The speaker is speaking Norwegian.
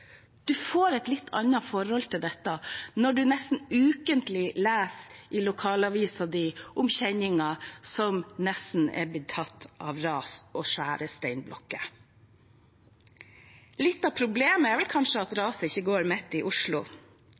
får et litt annet forhold til dette når man nesten ukentlig leser i lokalavisen om kjenninger som nesten har blitt tatt av ras og svære steinblokker. Litt av problemet er kanskje at raset ikke går midt i Oslo.